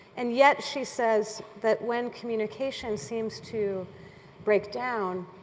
and yet, she says that when communication seems to break down,